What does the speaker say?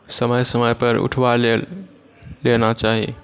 समय समय पर उठबा लेना चाही